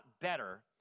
better